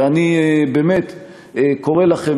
ואני באמת קורא לכם,